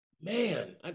man